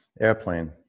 Airplane